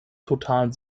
totalen